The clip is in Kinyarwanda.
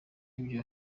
byo